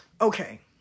Okay